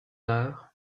heures